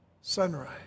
sunrise